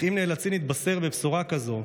אך אם נאלצים להתבשר בבשורה כזו,